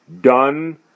done